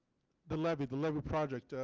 the levy the levy project.